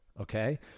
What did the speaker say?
Okay